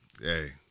Hey